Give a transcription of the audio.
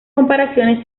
comparaciones